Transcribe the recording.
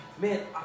Man